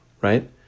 right